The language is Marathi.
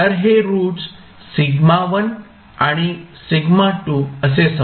तर हे रूट्स σ1 आणि σ2 असे समजू